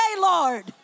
Lord